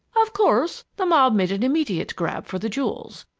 of course, the mob made an immediate grab for the jewels,